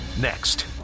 Next